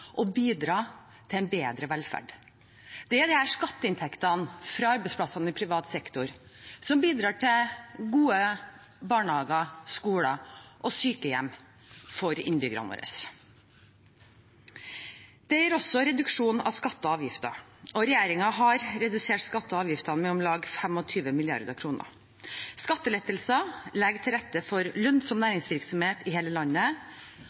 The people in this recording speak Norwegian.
bidra til en bedre velferd. Det er skatteinntektene fra arbeidsplassene i privat sektor som bidrar til gode barnehager, skoler og sykehjem for innbyggerne våre. Det gjør også reduksjon i skatter og avgifter. Regjeringen har redusert skatter og avgifter med om lag 25 mrd. kr. Skattelettelser legger til rette for lønnsom næringsvirksomhet i hele landet,